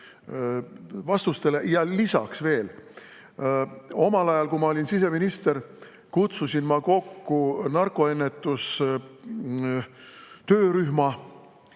Ja veel: omal ajal, kui ma olin siseminister, kutsusin ma kokku narkoennetustöörühma,